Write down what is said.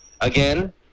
again